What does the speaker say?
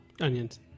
Onions